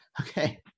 Okay